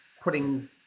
putting